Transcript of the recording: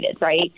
right